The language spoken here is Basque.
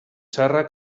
txarra